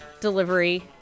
delivery